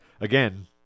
again